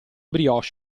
brioche